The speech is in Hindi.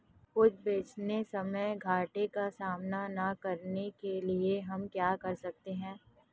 उपज बेचते समय घाटे का सामना न करने के लिए हम क्या कर सकते हैं?